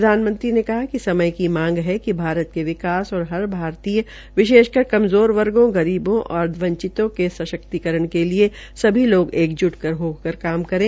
प्रधानमंत्री ने कहा कि समय की मांग है कि भारत के विकास और हर भारतीय विशेषकर कमज़ोर वर्गो गरीबों और वंचितों के सशक्तिकरण के लिए सभी लोग एकज्ट होकर काम करें